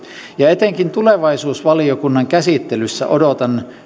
ja ja etenkin tulevaisuusvaliokunnan käsittelyssä odotan